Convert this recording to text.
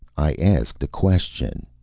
i asked a question!